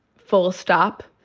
full stop,